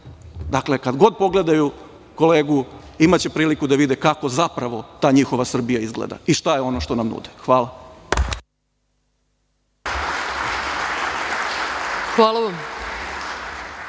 Srbije. Dakle, kad god pogledaju kolegu, imaće priliku da vide kako zapravo njihova Srbija izgleda i šta je ono što nam nude. Hvala. **Ana